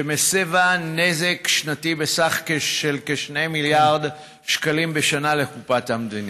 שמסיבה נזק שנתי בסך כ-2 מיליארד שקלים בשנה לקופת המדינה.